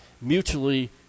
mutually